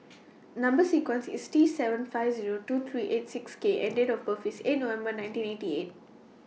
Number sequence IS T seven five Zero two three eight six K and Date of birth IS eight November nineteen eighty eight